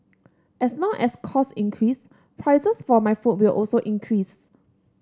as long as cost increase prices for my food will also increase